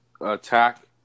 attack